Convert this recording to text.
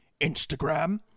Instagram